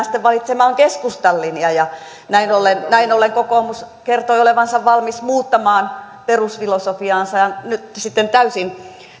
sitten valitsemaan keskustan linja näin ollen näin ollen kokoomus kertoi olevansa valmis muuttamaan perusfilosofiaansa ja nyt sitten täysin